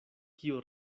kio